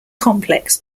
complex